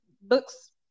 books